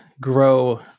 grow